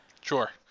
Sure